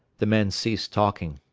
the men ceased talking.